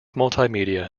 multimedia